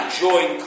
join